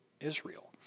Israel